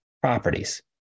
properties